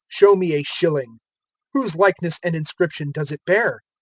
show me a shilling whose likeness and inscription does it bear?